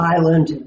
Island